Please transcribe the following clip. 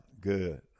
good